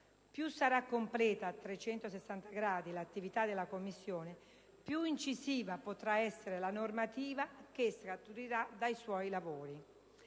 Più sarà completa, a 360 gradi, l'attività della Commissione, più incisiva potrà essere la normativa che scaturirà dai suoi lavori.